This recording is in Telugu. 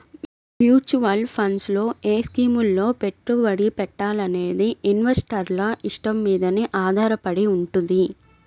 మ్యూచువల్ ఫండ్స్ లో ఏ స్కీముల్లో పెట్టుబడి పెట్టాలనేది ఇన్వెస్టర్ల ఇష్టం మీదనే ఆధారపడి వుంటది